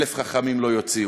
אלף חכמים לא יוציאו.